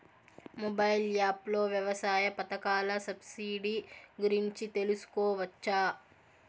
Mobile app లో వ్యవసాయ పథకాల సబ్సిడి గురించి తెలుసుకోవచ్చా?